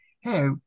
Hey